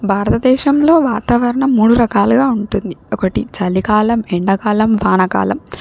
భారతదేశంలో వాతావరణం మూడు రకాలుగా ఉంటుంది ఒకటి చలికాలం ఎండాకాలం వానాకాలం